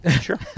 Sure